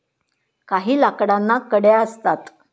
काही लाकडांना कड्या असतात